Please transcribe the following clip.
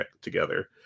together